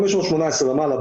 518 ומעלה.